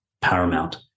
paramount